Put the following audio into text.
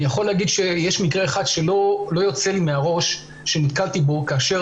אני יכול להגיד שיש מקרה אחד שלא יוצא לי מהראש שנתקלתי בו כאשר